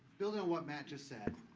building on what matt just said,